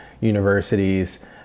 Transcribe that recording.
universities